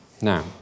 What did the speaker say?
Now